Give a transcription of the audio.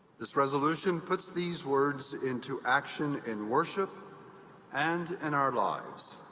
this resolution puts these words into action in worship and in our lives.